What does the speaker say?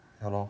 ya lor